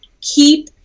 keep